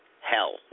Hell